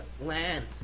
land